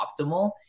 optimal